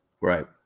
Right